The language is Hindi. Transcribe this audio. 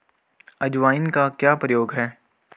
अजवाइन का क्या प्रयोग है?